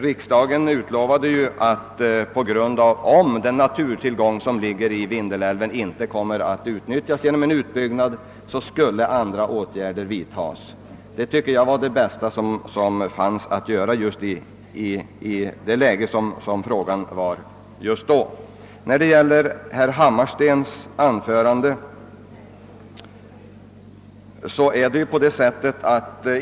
Riksdagen fattade ju beslut att — såvida den naturtillgång som Vindelälven utgör inte kommer att utnyttjas genom utbyggnad — andra sysselsättningsbefrämjande åtgärder skulle vidtas. Enligt min uppfattning var det beslutet det bästa som kunde fattas i dåvarande läge med ett enhälligt utskottsutlåtande. Jag vill därefter något kommentera herr Hammarstens anförande.